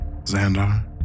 Xandar